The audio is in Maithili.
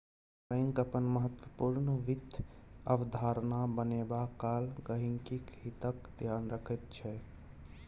बैंक अपन महत्वपूर्ण वित्त अवधारणा बनेबा काल गहिंकीक हितक ध्यान रखैत छै